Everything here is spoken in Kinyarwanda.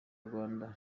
rwanda